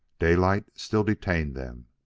daylight still detained them.